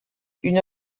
une